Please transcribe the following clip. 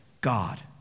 God